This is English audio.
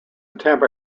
attempt